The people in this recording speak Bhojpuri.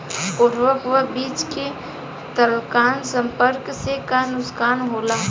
उर्वरक व बीज के तत्काल संपर्क से का नुकसान होला?